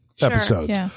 episodes